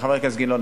וחבר הכנסת גילאון,